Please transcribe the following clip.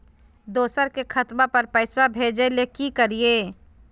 दोसर के खतवा पर पैसवा भेजे ले कि करिए?